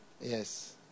yes